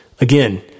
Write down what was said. Again